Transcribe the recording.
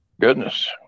goodness